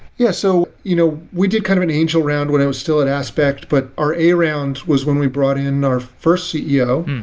yeah. so you know we did kind of an angel round when i was still at aspect, but our a rounds was when we brought in our first ceo,